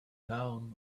down